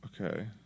Okay